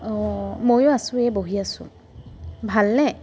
অঁ ময়ো আছোঁ এই বহি আছোঁ ভালনে